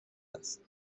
است